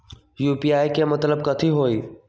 UPI के मतलब कथी होई?